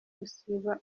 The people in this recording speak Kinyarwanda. gusiba